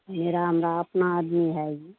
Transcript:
मेरा हमरा अपना आदमी है ई